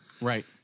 right